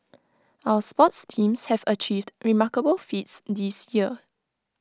our sports teams have achieved remarkable feats this year